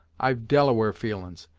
i've delaware feelin's,